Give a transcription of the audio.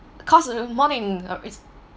cost us more than uh it's